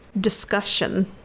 discussion